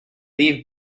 leave